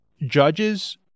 judges